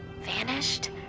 Vanished